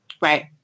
Right